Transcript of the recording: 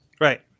Right